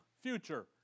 future